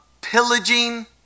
pillaging